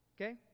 Okay